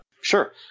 Sure